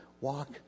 walk